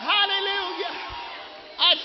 Hallelujah